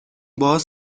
باز